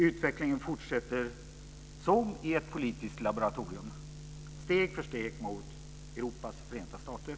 Utvecklingen fortsätter, som i ett politiskt laboratorium, steg för steg mot Europas förenta stater.